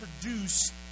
produce